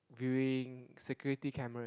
viewing security cameras